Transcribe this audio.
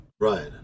Right